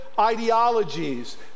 Ideologies